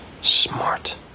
Smart